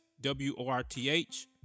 W-O-R-T-H